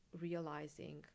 realizing